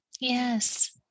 Yes